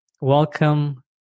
Welcome